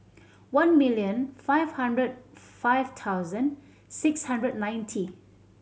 one million five hundred five thousand six hundred ninety